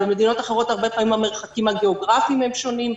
אבל במדינות אחרות הרבה פעמים המרחקים הגיאוגרפיים שונים,